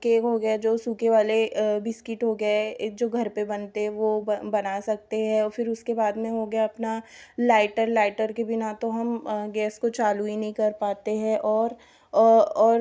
cake हो गया जो सूखे वाले बिस्किट हो गए है जो घर पर बनते हैं वह बना सकते है औ फिर उसके बाद में हो गया अपना लाइटर लाइटर के बिना तो हम गैस को चालू ही नहीं कर पाते हैं और और